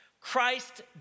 Christ